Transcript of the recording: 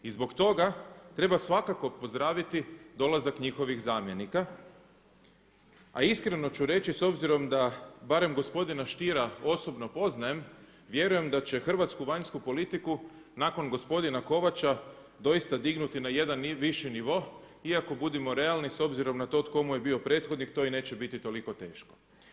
I zbog toga treba svakako pozdraviti dolazak njihovih zamjenika, a iskreno ću reći s obzirom da barem gospodina Stiera osobno poznajem vjerujem da će hrvatsku vanjsku politiku nakon gospodina Kovača doista dignuti na jedan viši nivo, iako budimo realni s obzirom na to tko mu je bio prethodnik to i neće biti toliko teško.